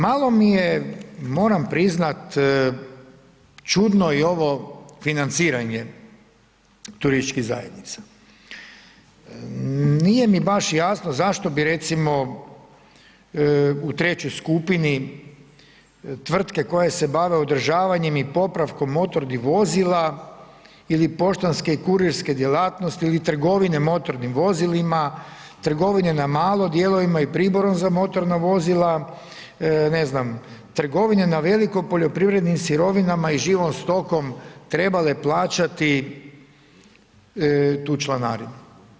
Malo mi je, moram priznat čudno i ovo financiranje turističkih zajednica, nije mi baš jasno zašto bi recimo u trećoj skupini tvrtke koje se bave održavanjem i popravkom motornih vozila ili poštanske kurirske djelatnosti ili trgovine motornim vozilima, trgovine na malo dijelovima i priborom za motorna vozila, ne znam trgovine na veliko poljoprivrednim sirovinama i živom stokom trebale plaćati tu članarinu.